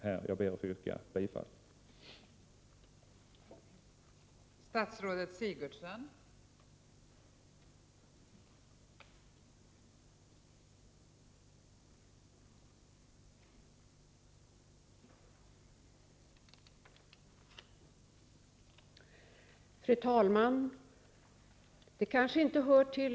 Jag ber att få yrka bifall till utskottets hemställan.